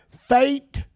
fate